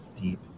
deep